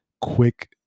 quick